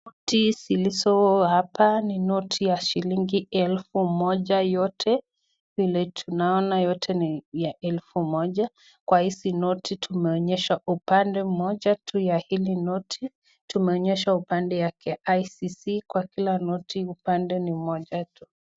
Noti zilizo hapa ni noti ya shillingi elfu moja yote vile tunaona yote ni ya elfu moja kwa hizi noti tumeonyeshwa upande mmoja tu ya hili noti tumeonyeshwa upande ya KICC kwa kila noti upande ni moja tu.